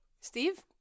Steve